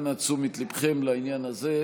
אנא תשומת ליבכם לעניין הזה.